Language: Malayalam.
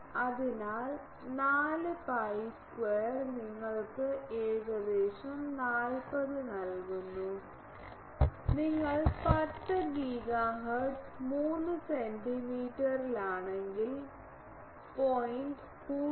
അതിനാൽ 4 പൈ സ്ക്വയർ നിങ്ങൾക്ക് ഏകദേശം 40 നൽകുന്നു നിങ്ങൾ 10 ജിഗാഹെർട്സ് 3 സെന്റിമീറ്ററിലാണെങ്കിൽ 0